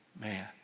man